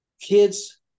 kids